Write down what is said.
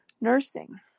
nursing